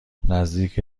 نزدیک